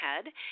ahead